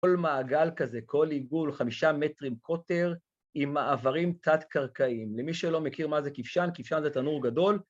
כל מעגל כזה, כל עיגול, חמישה מטרים קוטר עם מעברים תת-קרקעיים. למי שלא מכיר מה זה כבשן, כבשן זה תנור גדול.